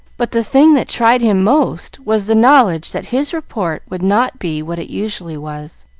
but the thing that tried him most was the knowledge that his report would not be what it usually was.